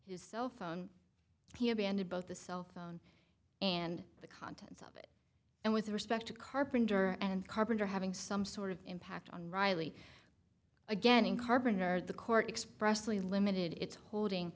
his cellphone he abandoned both the cell phone and the contents of it and with respect to carpenter and carpenter having some sort of impact on riley again in carbon or the court expressly limited its holding